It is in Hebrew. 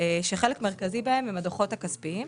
- חלק מרכזי בהם הם הדוחות הכספיים.